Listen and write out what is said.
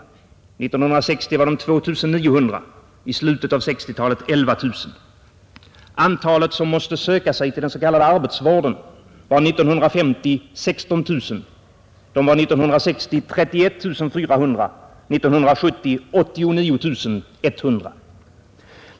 År 1960 var de 2900 och i slutet av 1960-talet 11 000. Antalet som måste söka sig till den s.k. arbetsvården var 1950 16 000. De var 1960 31 400 och 1970 89 100.